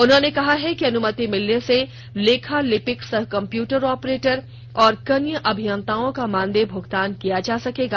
उन्होंने कहा है कि अनुमति मिलने से लेखा लिपिक सह कंप्यूटर ऑपरेटर और कनीय अभियंताओं का मानदेय भुगतान किया जा सकेगा